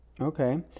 Okay